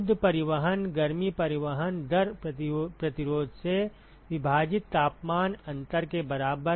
शुद्ध परिवहन गर्मी परिवहन दर प्रतिरोध से विभाजित तापमान अंतर के बराबर